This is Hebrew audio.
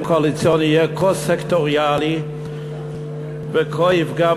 קואליציוני יהיה כה סקטוריאלי וכה יפגע,